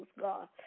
God